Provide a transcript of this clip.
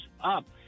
up